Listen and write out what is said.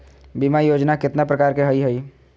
बीमा योजना केतना प्रकार के हई हई?